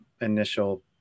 initial